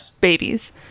babies